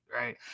right